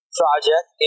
project